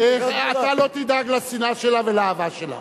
אתה לא תדאג לשנאה שלה ולאהבה שלה.